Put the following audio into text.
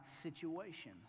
situation